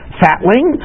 fatling